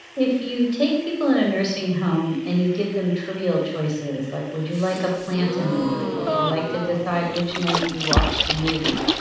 if you take people in a nursing home and you give them trivial choices, like would you like a plant in the room, would you like to decide which night you watched the movie,